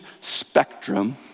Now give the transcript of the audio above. spectrum